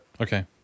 okay